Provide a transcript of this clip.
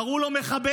קראו לו מחבל.